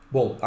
Bom